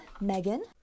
megan